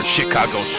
Chicago